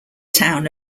town